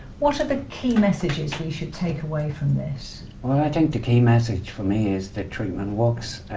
what are the key messages we should take away from this? well i think the key message for me is that treatment works.